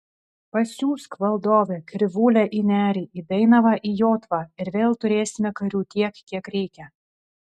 pasiųsk valdove krivūlę į nerį į dainavą į jotvą ir vėl turėsime karių tiek kiek reikia